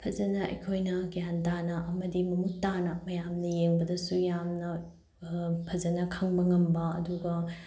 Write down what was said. ꯐꯖꯅ ꯑꯩꯈꯣꯏꯅ ꯒ꯭ꯌꯥꯟ ꯇꯥꯅ ꯑꯃꯗꯤ ꯃꯃꯨꯠ ꯇꯥꯅ ꯃꯌꯥꯝꯅ ꯌꯦꯡꯕꯗꯁꯨ ꯌꯥꯝꯅ ꯐꯖꯅ ꯈꯪꯕ ꯉꯝꯕ ꯑꯗꯨꯒ